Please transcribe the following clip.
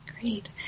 Great